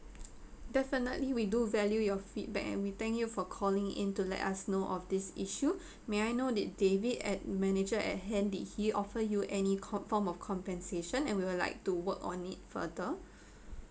definitely we do value your feedback and we thank you for calling in to let us know of this issue may I know did david at manager at hand did he offer you any com~ form of compensation and we will like to work on it further